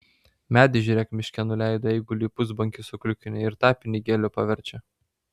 medį žiūrėk miške nuleido eiguliui pusbonkį sukliukinę ir tą pinigėliu paverčia